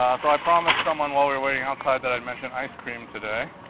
ah so i promised someone while were waiting outside that i'd mentioned ice cream today.